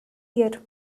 here